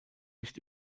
nicht